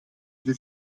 sie